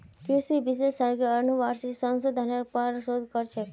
कृषि विशेषज्ञ अनुवांशिक संशोधनेर पर शोध कर छेक